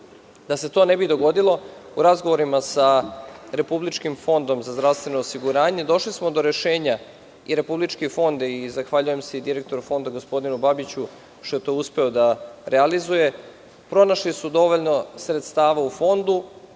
Da se to ne bi dogodilo, u razgovorima Republičkim fondom za zdravstveno osiguranje došli smo do rešenja. Republički fond, zahvaljujem se direktoru Fonda, gospodinu Babiću, što je to uspeo da realizuje, pronašli su dovoljno sredstava u Fondu